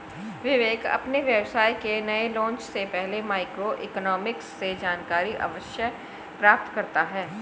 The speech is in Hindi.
विवेक अपने व्यवसाय के नए लॉन्च से पहले माइक्रो इकोनॉमिक्स से जानकारी अवश्य प्राप्त करता है